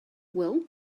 well